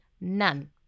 none